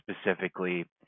specifically